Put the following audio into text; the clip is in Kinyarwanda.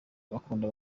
bakunda